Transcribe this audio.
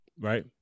right